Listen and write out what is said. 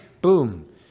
boom